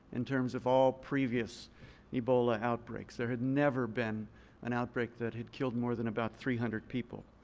in terms of all previous ebola outbreaks. there had never been an outbreak that had killed more than about three hundred people.